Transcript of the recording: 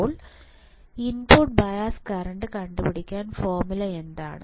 ഇപ്പോൾ input bias current കണ്ടുപിടിക്കാൻ formula എന്താണ്